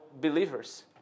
believers